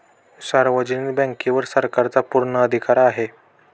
सार्वजनिक बँकेवर सरकारचा पूर्ण अधिकार आहे